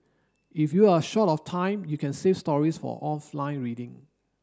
if you are short of time you can save stories for offline reading